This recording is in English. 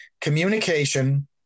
communication